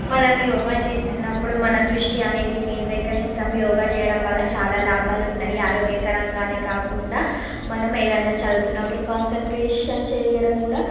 మనం యోగా చేస్తున్నప్పుడు మన దృష్టి అనేది కేంద్రీకరిస్తాం యోగా చేయడం వల్ల చాలా లాభాలు ఉన్నాయి ఆరోగ్యకరంగా కాకుండా మనం ఏదన్నా చదువుతున్నప్పుడు కాన్సన్ట్రేషన్ చేయడం కూడా